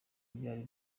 byari